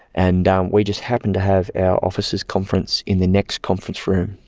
and um we just happened to have our officers' conference in the next conference room,